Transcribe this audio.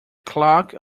clock